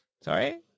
Sorry